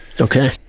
Okay